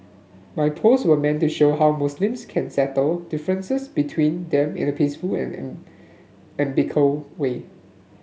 my post were meant to show how Muslims can settle differences between them in a peaceful and and amicable way